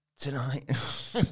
Tonight